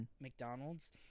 McDonald's